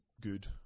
good